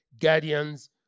guardians